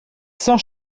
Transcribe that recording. sans